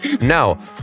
No